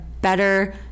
better